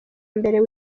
mbere